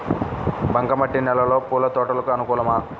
బంక మట్టి నేలలో పూల తోటలకు అనుకూలమా?